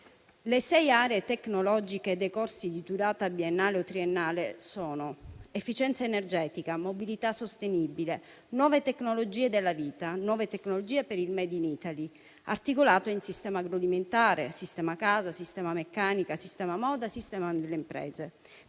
le sei aree tecnologiche dei corsi di durata biennale o triennale sono: efficienza energetica, mobilità sostenibile, nuove tecnologie della vita, nuove tecnologie per il *made in Italy* (sistema agroalimentare, sistema casa, sistema meccanica, sistema moda, servizi alle imprese),